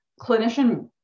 clinician